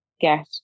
get